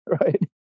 right